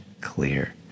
clear